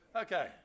Okay